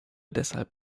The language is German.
deshalb